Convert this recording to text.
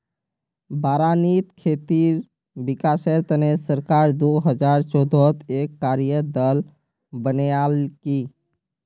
बारानीत खेतीर विकासेर तने सरकार दो हजार चौदहत एक कार्य दल बनैय्यालकी